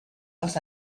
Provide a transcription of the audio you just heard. els